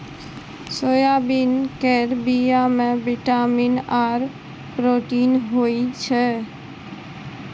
soybean केर बीया मे बिटामिन आर प्रोटीन होई छै